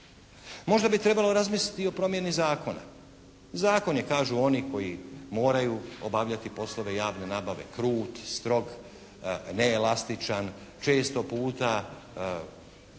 Možda bi trebalo razmisliti i o promjeni zakona. Zakon je kažu oni koji moraju obavljati poslove javne nabave krut, strog, neelastičan, često puta